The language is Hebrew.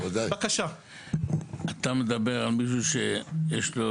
אתה מדבר על מישהו שיש לו,